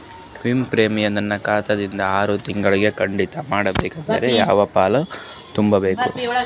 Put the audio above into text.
ವಿಮಾ ಪ್ರೀಮಿಯಂ ನನ್ನ ಖಾತಾ ದಿಂದ ಆರು ತಿಂಗಳಗೆ ಕಡಿತ ಮಾಡಬೇಕಾದರೆ ಯಾವ ಫಾರಂ ತುಂಬಬೇಕು?